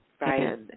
Right